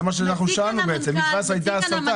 זה מה ששאלנו, כי מאז הייתה הסטה.